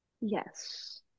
Yes